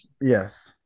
Yes